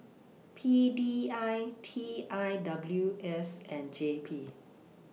P D I T I W S and J P